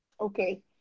Okay